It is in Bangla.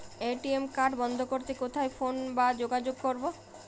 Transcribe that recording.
এ.টি.এম কার্ড বন্ধ করতে কোথায় ফোন বা যোগাযোগ করব?